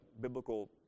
biblical